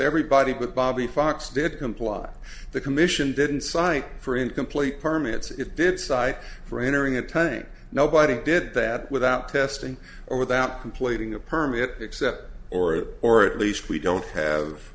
everybody but bobbie fox did comply the commission didn't cite for incomplete permits it did cite i for entering a time nobody did that without testing or without completing a permit except or or at least we don't have